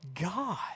God